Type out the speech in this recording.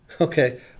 Okay